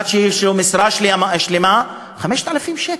אחד שיש לו משרה שלמה, 5,000 שקל.